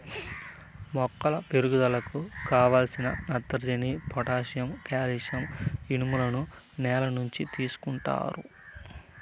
మొక్కల పెరుగుదలకు కావలసిన నత్రజని, పొటాషియం, కాల్షియం, ఇనుములను నేల నుంచి తీసుకుంటాయి